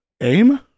AIM